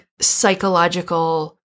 psychological